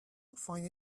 find